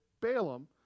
Balaam